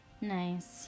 Nice